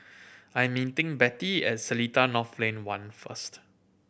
I am meeting Bette at Seletar North Lane One first